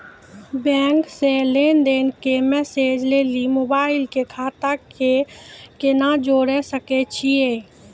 Bank से लेंन देंन के मैसेज लेली मोबाइल के खाता के केना जोड़े सकय छियै?